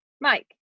Mike